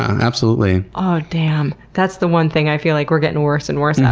absolutely. oh damn. that's the one thing i feel like we're getting worse and worse at,